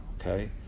Okay